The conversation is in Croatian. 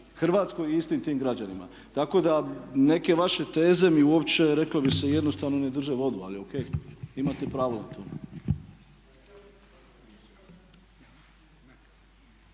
Hrvatskoj i istim tim građanima. Tako da neke vaše teze mi uopće reklo bi se jednostavno ne drže vodu, ali ok imate pravo na to.